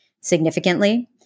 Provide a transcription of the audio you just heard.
significantly